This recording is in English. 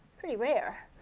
pretty rare.